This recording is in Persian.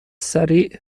سریع